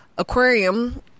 Aquarium